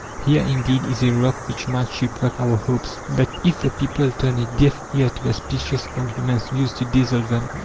here, indeed, is a rock which might shipwreck our hopes. but if the people turn a deaf ear to the specious arguments used to dazzle them,